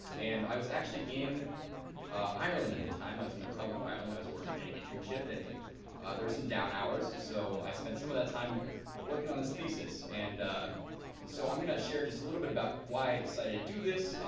and i was actually in ireland at the time, i was in the republic of ireland. i was working at an internship. and ah there are some down hours, so i spent some of time working on this thesis. and so i'm gonna share just a little bit about why i decided to do this,